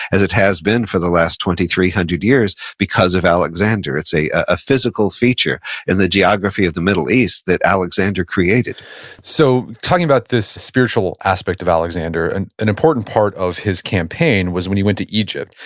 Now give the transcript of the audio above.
as it has been for the last two thousand three hundred years, because of alexander. it's a ah physical feature in the geography of the middle east that alexander created so talking about this spiritual aspect of alexander, and an important part of his campaign was when he went to egypt.